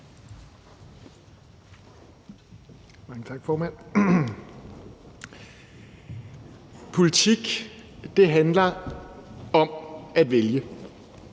Politik handler om at vælge,